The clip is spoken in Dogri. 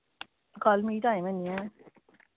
कल मिगी टाइम हैनी ऐ